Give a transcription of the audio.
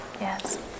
yes